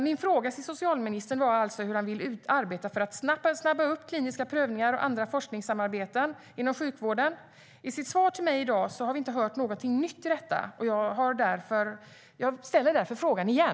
Min fråga till socialministern var alltså hur han vill arbeta för att snabba upp kliniska prövningar och andra forskningssamarbeten inom sjukvården. I hans svar i dag har vi inte hört något nytt. Jag ställer därför frågan igen.